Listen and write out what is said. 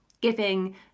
giving